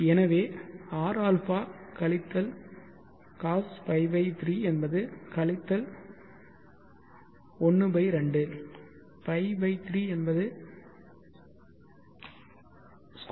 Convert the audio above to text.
எனவே Rα கழித்தல் cos π 3 என்பது கழித்தல் ½ π 3 என்பது √ 32